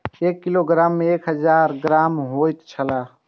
एक किलोग्राम में एक हजार ग्राम होयत छला